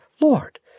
Lord